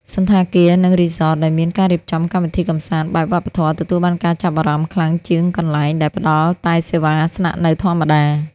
សណ្ឋាគារ និងរីសតដែលមានការរៀបចំកម្មវិធីកម្សាន្តបែបវប្បធម៌ ទទួលបានការចាប់អារម្មណ៍ខ្លាំងជាងកន្លែងដែលផ្តល់តែសេវាស្នាក់នៅធម្មតា។